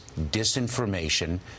disinformation